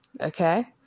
Okay